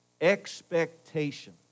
Expectation